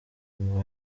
mama